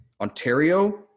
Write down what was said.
Ontario